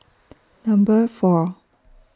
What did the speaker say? Number four